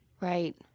Right